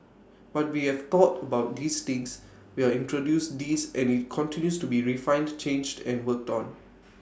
but we have thought about these things we've introduced these and IT continues to be refined changed and worked on